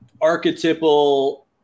archetypal